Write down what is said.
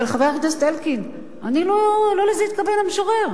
אבל, חבר הכנסת אלקין, אני, לא לזה התכוון המשורר.